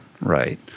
right